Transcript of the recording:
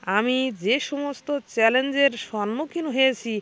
আমি যে সমস্ত চ্যালেঞ্জের সম্মুখীন হয়েছি